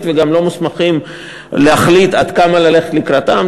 וגם לא להחליט עד כמה ללכת לקראתם,